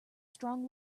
strong